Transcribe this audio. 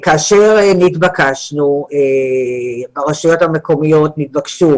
כאשר נתבקשנו, הרשויות המקומיות נתבקשו